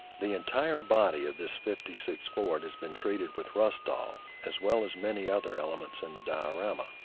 the entire body of this fifty six ford has been treated with rustall. as well as many other elements in the diorama,